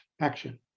action